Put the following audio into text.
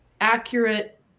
accurate